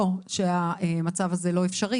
לא שהמצב הזה לא אפשרי,